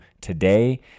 today